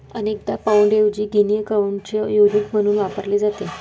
अनेकदा पाउंडऐवजी गिनी अकाउंटचे युनिट म्हणून वापरले जाते